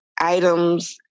items